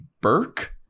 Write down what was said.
Burke